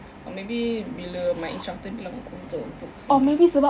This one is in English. or maybe bila my instructor bilang aku untuk book sendiri